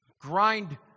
grind